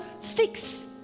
fix